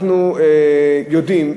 אנחנו יודעים,